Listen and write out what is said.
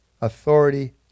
Authority